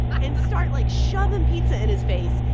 and start, like, shoving pizza in his face.